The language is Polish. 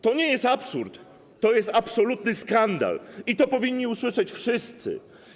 To nie jest absurd, to jest absolutny skandal i to powinni usłyszeć wszyscy.